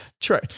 Try